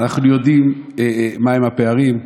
אנחנו יודעים מהם הפערים.